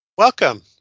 Welcome